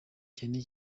cyane